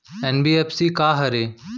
NBFC का हरे?